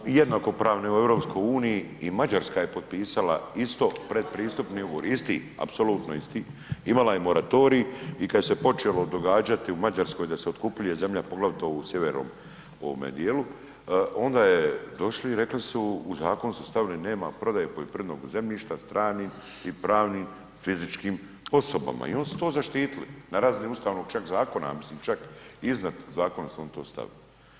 Ako smo jednakopravni u Europskoj uniji i Mađarska je potpisala isto predpristupni ugovor, isti, apsolutno isti, imala je moratorij i kad se počelo događati u Mađarskoj da se otkupljuje zemlja, poglavito u sjevernom ovome dijelu, onda je došli i rekli su, u Zakon su stavili nema prodaje poljoprivrednog zemljišta stranim i pravnim, i fizičkim osobama, i oni su to zaštitili na razini Ustavnog čak zakona, ja mislim, čak i iznad Zakona su oni to stavili.